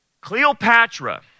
Cleopatra